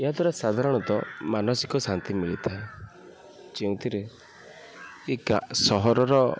ଏହାଦ୍ୱାରା ସାଧାରଣତଃ ମାନସିକ ଶାନ୍ତି ମିଳିଥାଏ ଯେଉଁଥିରେ ଏ ସହରର